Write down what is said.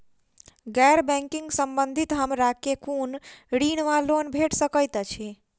गैर बैंकिंग संबंधित हमरा केँ कुन ऋण वा लोन भेट सकैत अछि?